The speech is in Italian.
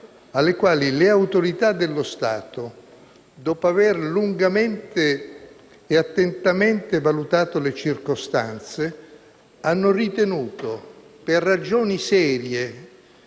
alle quali le autorità dello Stato, dopo aver lungamente e attentamente valutato le circostanze, hanno ritenuto giudiziariamente,